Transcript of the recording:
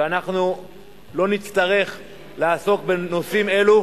אני מקווה שאנחנו לא נצטרך לעסוק בנושאים אלו,